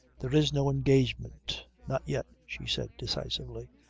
there is no engagement not yet, she said decisively.